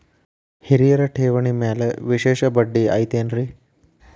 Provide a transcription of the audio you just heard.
ಹಿರಿಯರ ಠೇವಣಿ ಮ್ಯಾಲೆ ವಿಶೇಷ ಬಡ್ಡಿ ಐತೇನ್ರಿ?